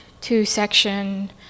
two-section